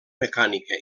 mecànica